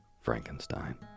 Frankenstein